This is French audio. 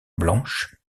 blanche